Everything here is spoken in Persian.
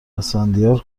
اسفندیار